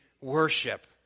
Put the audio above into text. worship